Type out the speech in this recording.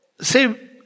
say